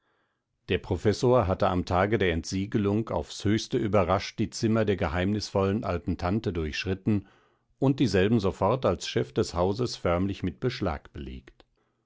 der professor hatte am tage der entsiegelung aufs höchste überrascht die zimmer der geheimnisvollen alten tante durchschritten und dieselben sofort als chef des hauses förmlich mit beschlag belegt